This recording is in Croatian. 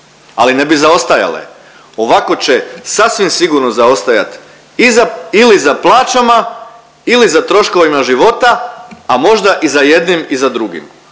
ali ne bi zaostajale. Ovako će sasvim sigurno zaostajat ili za plaćama ili za troškovima života, a možda i za jednim i za drugim.